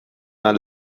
dans